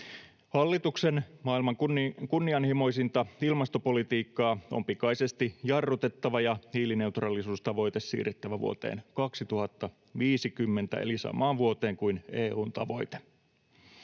Hallituksen maailman kunnianhimoisinta ilmastopolitiikkaa on pikaisesti jarrutettava ja hiilineutraalisuustavoite siirrettävä vuoteen 2050 eli samaan vuoteen kuin EU:n tavoite.